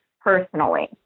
personally